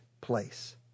place